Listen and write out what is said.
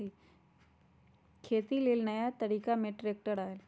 खेती लेल नया तरिका में ट्रैक्टर आयल